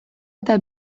eta